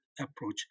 approach